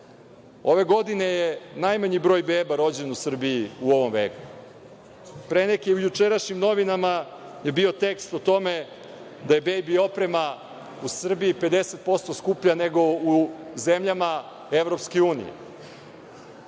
Ove godine je najmanji broj beba rođen u Srbiji u ovom veku. U jučerašnjim novinama je bio tekst o tome da je bebi oprema u Srbiji 50% skuplja nego u zemljama Evropske unije,